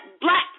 black